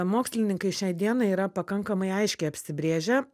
mokslininkai šiai dienai yra pakankamai aiškiai apsibrėžę